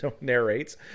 narrates